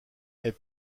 est